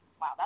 Wow